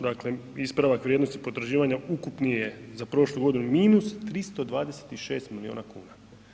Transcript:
Dakle, ispravak vrijednosti potraživanja ukupni je za prošlu godinu -326 milijuna kuna.